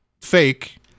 fake